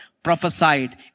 prophesied